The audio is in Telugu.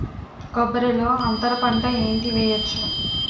కొబ్బరి లో అంతరపంట ఏంటి వెయ్యొచ్చు?